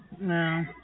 No